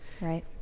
Right